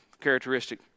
characteristic